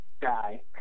guy